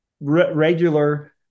regular